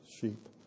sheep